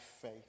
faith